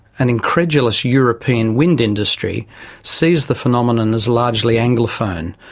an incredulous european wind industry sees the phenomenon as largely anglophone,